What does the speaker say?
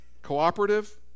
Cooperative